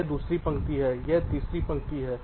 यह दूसरी पंक्ति है यह एक तीसरी पंक्ति है